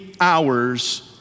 hours